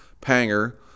panger